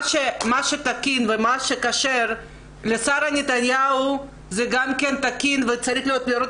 מה שתקין ומה שכשר לשרה נתניהו גם תקין וצרי לראות